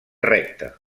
recte